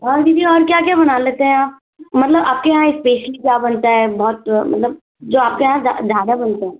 और दीदी और क्या क्या बना लेते हैं आप मतलब आप के यहाँ स्पेशल क्या बनता है बहुत मतलब जो आप के यहाँ जा ज़्यादा बनते है